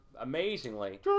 Amazingly